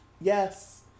Yes